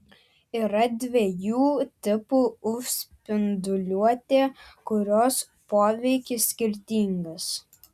yra dviejų tipų uv spinduliuotė kurios poveikis skirtingas